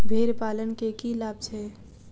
भेड़ पालन केँ की लाभ छै?